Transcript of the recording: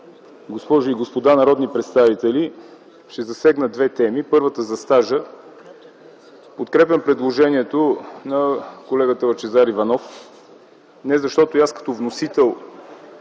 госпожи и господа народни представители! Ще засегна две теми. Първата е за стажа. Подкрепям предложението на колегата Лъчезар Иванов, не защото и аз като вносител